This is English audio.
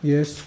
Yes